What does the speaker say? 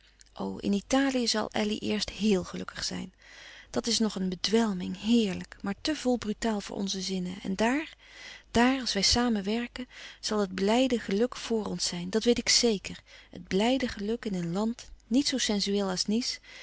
in italië zal elly eerst heel gelukkig zijn dit is nog een bedwelming heerlijk maar te vol brutaal voor onze zinnen en daar daar als wij samen werken zal het blijde geluk voor ons zijn dat weet ik zeker het blijde geluk in een land niet zoo sensueel als nice